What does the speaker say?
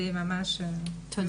אני מודה על